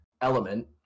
element